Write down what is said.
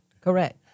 Correct